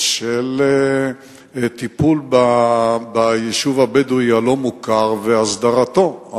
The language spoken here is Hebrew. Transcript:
של טיפול ביישוב הבדואי הלא-מוכר והסדרתו.